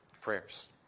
prayers